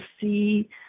see